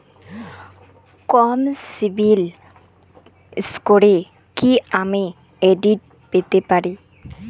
কম সিবিল স্কোরে কি আমি ক্রেডিট পেতে পারি?